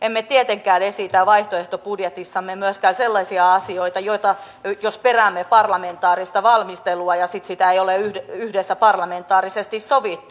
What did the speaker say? emme tietenkään esitä vaihtoehtobudjetissamme myöskään sellaisia asioita joissa peräämme parlamentaarista valmistelua ja sitten sitä ei ole yhdessä parlamentaarisesti sovittu